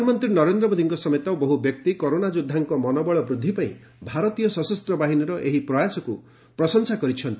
ପ୍ରଧାନମନ୍ତ୍ରୀ ନରେନ୍ଦ୍ର ମୋଦୀଙ୍କ ସମେତ ବହୁ ବ୍ୟକ୍ତି କରୋନା ଯୋଦ୍ଧାଙ୍କ ମନୋବଳ ବୃଦ୍ଧି ପାଇଁ ଭାରତୀୟ ସଶସ୍ତବାହିନୀର ଏହି ପ୍ରୟାସକୁ ପ୍ରଶଂସା କରିଛନ୍ତି